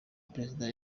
perezida